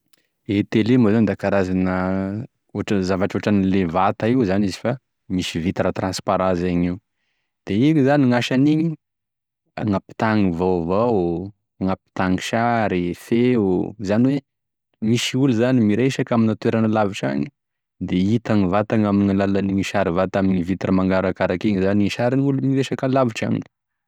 E tele moa zany da karazana ohatrany zavatra ohatran'le vata io zany izy fa misy vitra transparent zay gneo, da igny zany gn'asanigny agnampitagny vaovao, agnampitany sary, feo, izany hoe misy olo zany miresaka amina toerana lavitry agny da hita mivantagny ame alalane sary vata ame vitra mangarakaraka igny zany e sarign'olo miresaky ame lavitry agny.